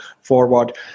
forward